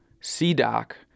C-Doc